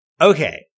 okay